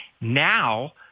Now